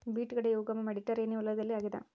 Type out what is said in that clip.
beet ಗಡ್ಡೆಯ ಉಗಮ Mediterranean ವಲಯದಲ್ಲಿ ಆಗ್ಯಾದ